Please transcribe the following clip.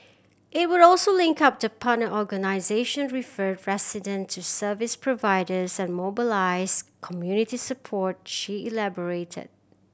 it would also link up the partner organisation refer resident to service providers and mobilise community support she elaborated